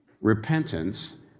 repentance